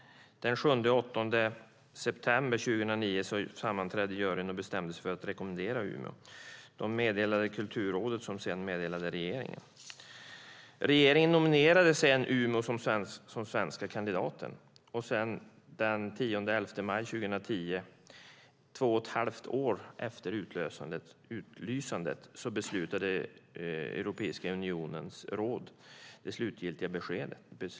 Den 7 och 8 september 2009 sammanträdde juryn och bestämde sig för att rekommendera Umeå. De meddelade Kulturrådet, som sedan meddelade regeringen. Regeringen nominerade Umeå som den svenska kandidaten. Den 10 och 11 maj 2010, två och ett halvt år efter utlysandet, fattade Europeiska unionens råd det slutgiltiga beslutet.